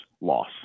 loss